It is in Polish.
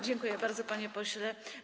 Dziękuję bardzo, panie pośle.